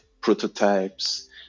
prototypes